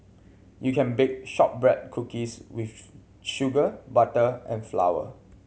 you can bake shortbread cookies with sugar butter and flour